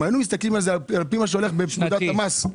אם היינו מסתכלים על זה על פי מה שהולך בפקודת המס -- שנתי.